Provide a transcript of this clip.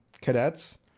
cadets